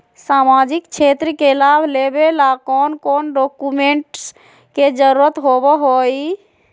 सामाजिक क्षेत्र के लाभ लेबे ला कौन कौन डाक्यूमेंट्स के जरुरत होबो होई?